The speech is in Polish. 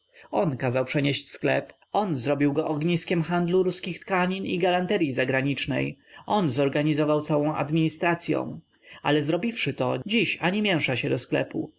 on kazał przenieść sklep on zrobił go ogniskiem handlu ruskich tkanin i galanteryi zagranicznej on zorganizował całą administracyą ale zrobiwszy to dziś ani mięsza się do sklepu